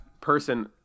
person